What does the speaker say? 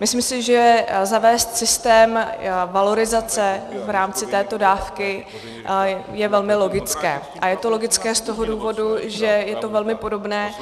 Myslím si, že zavést systém valorizace v rámci této dávky je velmi logické a je to logické z toho důvodu, že je to velmi podobné